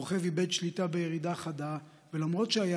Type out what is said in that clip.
הרוכב איבד שליטה בירידה חדה ולמרות שהיה